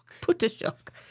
Put-a-shock